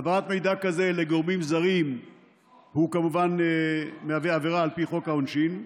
העברת מידע כזה לגורמים זרים היא כמובן מהווה עבירה לפי חוק העונשין.